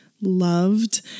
loved